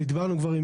דיברנו כבר עם